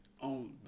on